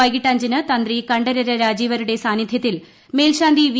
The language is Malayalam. വൈകിട്ട് അഞ്ചിന് തന്ത്രി കണ്ഠരര് രാജീവരുടെ സാന്നിദ്ധ്യത്തിൽ മേൽശാന്തി വി